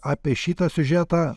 apie šitą siužetą